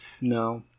No